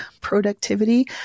productivity